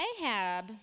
Ahab